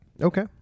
Okay